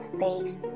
face